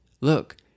Look